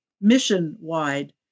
mission-wide